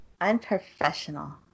Unprofessional